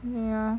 ya